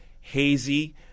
hazy